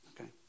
okay